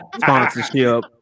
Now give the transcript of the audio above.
sponsorship